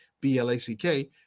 B-L-A-C-K